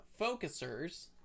focusers